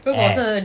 eh